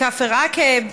כפר עקב.